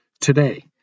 Today